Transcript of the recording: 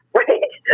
right